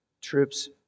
troops